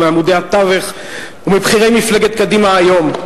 מעמודי התווך ומבכירי מפלגת קדימה היום,